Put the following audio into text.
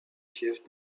fiefs